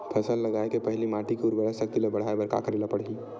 फसल लगाय के पहिली माटी के उरवरा शक्ति ल बढ़ाय बर का करेला पढ़ही?